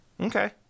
Okay